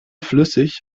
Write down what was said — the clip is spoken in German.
flüssig